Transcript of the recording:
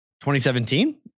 2017